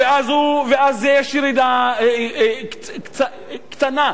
אז יש ירידה קטנה.